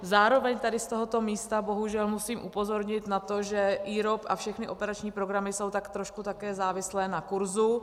Zároveň tady z tohoto místa bohužel musím upozornit na to, že IROP a všechny operační programy jsou tak trošku také závislé na kurzu.